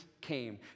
came